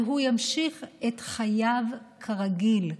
והוא ימשיך את חייו כרגיל,